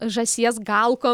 žąsies galkom